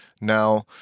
now